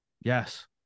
Yes